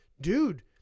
dude